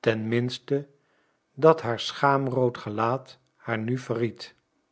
ten minste dat haar schaamrood gelaat haar nu